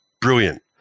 brilliant